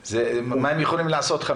מה חמישה מדריכים יכולים לעשות?